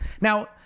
Now